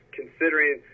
considering –